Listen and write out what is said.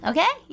Okay